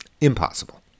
impossible